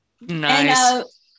Nice